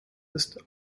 ist